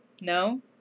No